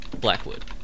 Blackwood